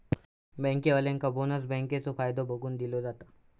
बँकेवाल्यांका बोनस बँकेचो फायदो बघून दिलो जाता